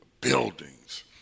buildings